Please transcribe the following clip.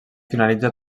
finalitza